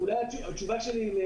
אולי התשובה שלי היא,